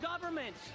government